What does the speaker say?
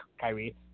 Kyrie